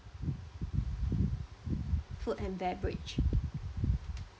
food and beverage